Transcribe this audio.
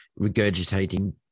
regurgitating